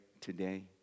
today